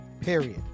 period